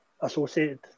associated